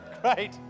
Great